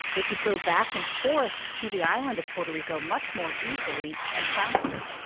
they could go back and forth to the island of puerto rico much more easily and faster.